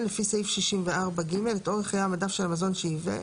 לפי סעיף 64(ג) את אורך חיי המדף של המזון שייבא,